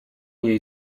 jej